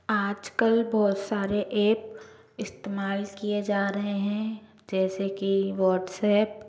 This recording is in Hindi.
आज कल बहुत सारे एप इस्तेमाल किए जा रहे हैं जैसे कि व्हाट्सएप